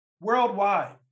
worldwide